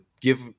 give